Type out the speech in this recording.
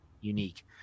unique